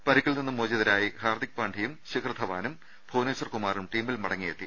പരി ക്കിൽ നിന്നും മോചിതരായി ഹാർദിക് പാണ്ഡ്യയും ശിഖർ ്ധവാനും ഭുവനേശ്വർ കുമാറും ടീമിൽ മടങ്ങി യെത്തി